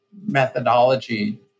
methodology